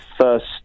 first